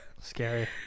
scary